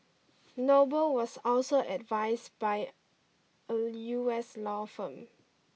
Noble was also advised by a U S law firm